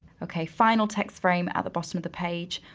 okay, final text frame at the bottom of the page,